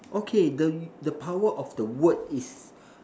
okay the the power of the word is